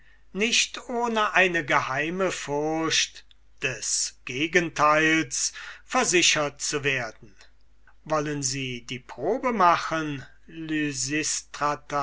nicht ohne eine geheime furcht des gegenteils versichert zu werden wollen sie die probe machen